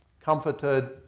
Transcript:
comforted